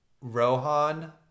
Rohan